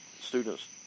students